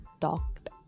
talked